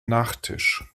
nachtisch